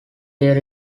there